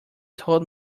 told